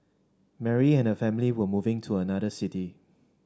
Mary and her family were moving to another city